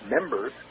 members